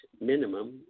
minimum